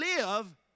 live